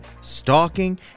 stalking